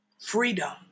freedom